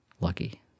lucky